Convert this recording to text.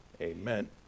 amen